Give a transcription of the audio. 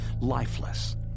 lifeless